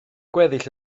gweddill